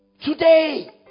today